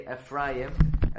Ephraim